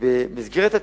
ובמסגרת התכנון,